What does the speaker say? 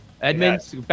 Edmonds